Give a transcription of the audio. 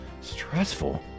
stressful